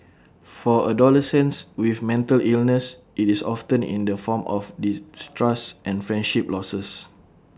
for adolescents with mental illness IT is often in the form of distrust and friendship losses